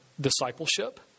discipleship